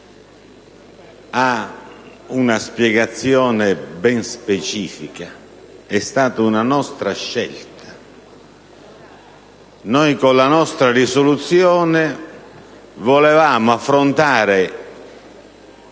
ha una spiegazione ben specifica. Si tratta di una nostra scelta. Con la nostra risoluzione volevamo affrontare